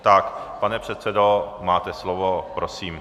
Tak pane předsedo, máte slovo, prosím.